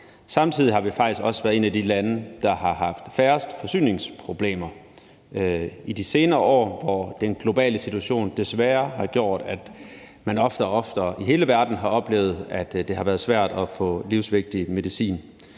Samtidig har vi faktisk også været et af de lande, der har haft færrest forsyningsproblemer i de senere år, hvor den globale situation desværre har gjort, at man i hele verden oftere og oftere har oplevet, at det har været svært at få livsvigtig medicin.